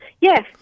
Yes